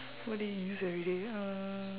what do you use every day uh